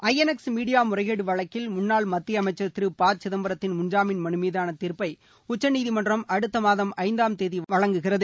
ஐ N X media முறைகேடு வழக்கில் முன்னாள் மத்திய அமைச்சா் திரு ப சிதம்பரத்தின் முன்ஜாமீன் மனு மீதான தீர்ப்பை உச்சநீதிமன்றம் அடுத்த மாதம் ஐந்தாம் தேதி வழங்குகிறது